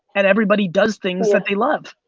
and everybody does things that they love.